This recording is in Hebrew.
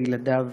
לילדיו,